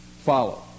follow